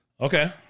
Okay